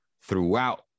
throughout